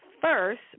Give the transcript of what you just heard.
first